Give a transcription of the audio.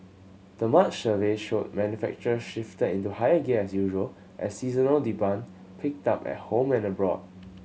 the March survey showed manufacturers shifted into higher gear as usual as seasonal demand picked up at home and abroad